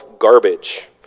garbage